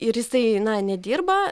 ir jisai na nedirba